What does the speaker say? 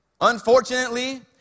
Unfortunately